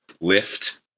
lift